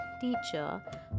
teacher